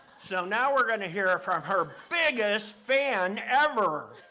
so now, we're gonna hear from her biggest fan ever.